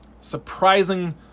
Surprising